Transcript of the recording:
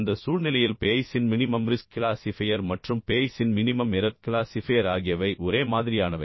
அந்த சூழ்நிலையில் பேய்ஸின் மினிமம் ரிஸ்க் கிளாசிஃபையர் மற்றும் பேய்ஸின் மினிமம் எரர் கிளாசிஃபையர் ஆகியவை ஒரே மாதிரியானவை